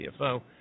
CFO